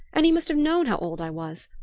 and he must have known how old i was.